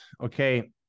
okay